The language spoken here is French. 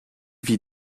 vit